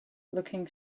looking